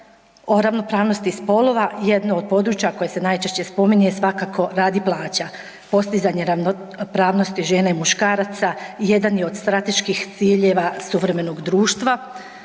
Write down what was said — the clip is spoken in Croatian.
o ravnopravnosti spolova jedno od područja koje se najčešće spominje je svakako rad i plaća. Postizanje ravnopravnosti žena i muškaraca jedan je od strateških ciljeva suvremenog društva.